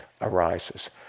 arises